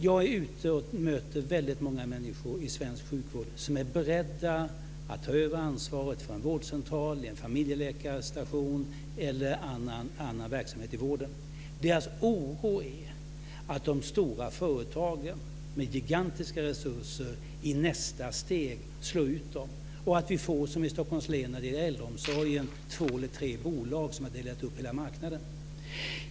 Jag är ute och möter väldigt många människor i svensk sjukvård som är beredda att ta över ansvaret för en vårdcentral, en familjeläkarstation eller annan verksamhet i vården. Deras oro är att de stora företagen med gigantiska resurser i nästa steg slår ut dem och att vi får det som i Stockholms län när det gäller äldreomsorgen, med två eller tre bolag som har delat upp hela marknaden.